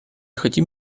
хотим